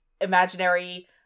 imaginary